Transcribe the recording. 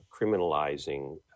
criminalizing